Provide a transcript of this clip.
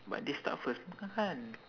but they start first bukan kan